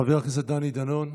חבר הכנסת דני דנון,